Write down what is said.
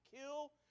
kill